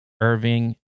Irving